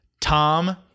Tom